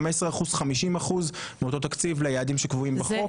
15% מאותו תקציב ליעדים שקבועים בחוק.